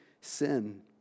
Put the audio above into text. sin